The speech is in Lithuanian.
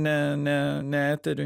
ne ne ne eteriui